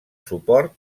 suport